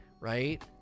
right